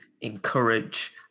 encourage